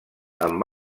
amb